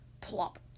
Plop